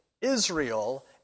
Israel